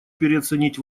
переоценить